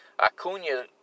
Acuna